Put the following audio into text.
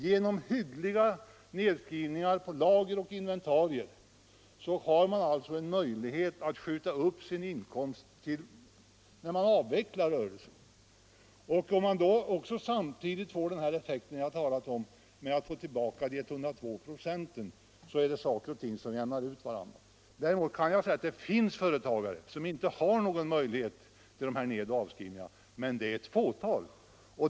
Genom hyggliga nedskrivningar på lager och inventarier har en företagare alltså möjlighet att skjuta upp betalningen av skatt på sin inkomst tills han avvecklar rörelsen. Om han då samtidigt får den effekt som jag har talat om, dvs. får avdrag för tidigare avgifter jämnar ju saker och ting ut varandra. Däremot kan jag medge att det finns en del företagare som inte har någon möjlighet att göra sådana nedoch avskrivningar, men de är bara ett fåtal.